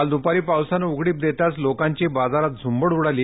काल दुपारी पावसाने उघडीप देताच लोकांची बाजारात झूंबड उडाली